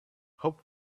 hope